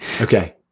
Okay